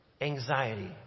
anxiety